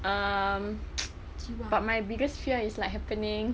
um but my biggest fear is like happening